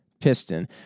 piston